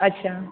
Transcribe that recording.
अच्छा